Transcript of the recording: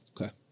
Okay